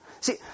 See